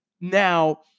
Now